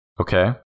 Okay